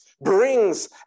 brings